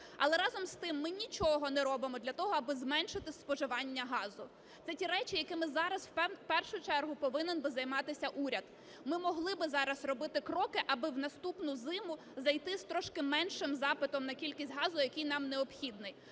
Але разом з тим, ми нічого не робимо для того, аби зменшити споживання газу – це ті речі, якими зараз, в першу чергу, повинен би займатися уряд. Ми могли би зараз робити кроки, аби в наступну зиму зайти з трошки меншим запитом на кількість газу, який нам необхідний.